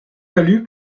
value